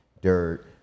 dirt